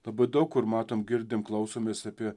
labai daug kur matom girdim klausomės apie